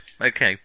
Okay